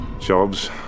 jobs